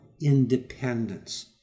independence